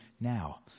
now